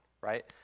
right